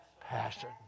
Passion